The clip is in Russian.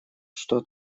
что